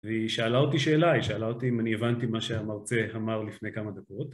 והיא שאלה אותי שאלה, היא שאלה אותי אם אני הבנתי מה שהמרצה אמר לפני כמה דקות.